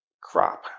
crop